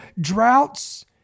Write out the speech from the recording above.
droughts